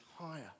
higher